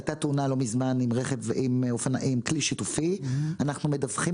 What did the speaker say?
לא מזמן הייתה תאונה עם כלי שיתופי ואנחנו מדווחים